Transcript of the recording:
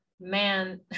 man